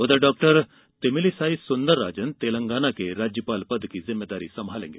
उधर डाक्टर तमिलिसाई सुंदरराजन तेलंगाना के राज्यपाल पद की जिम्मेदारी संभालेंगे